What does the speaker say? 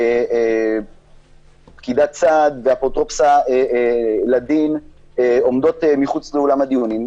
שפקידת סעד ואפוטרופסה לדין עומדות מחוץ לאולם הדיונים,